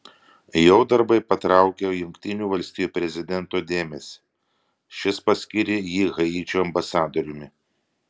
jo darbai patraukė jungtinių valstijų prezidento dėmesį šis paskyrė jį haičio ambasadoriumi